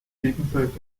gegenseitig